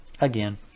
Again